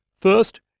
first